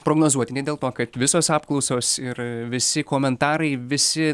prognozuotini dėl to kad visos apklausos ir visi komentarai visi